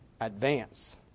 advance